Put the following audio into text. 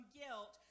guilt